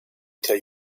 tell